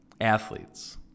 athletes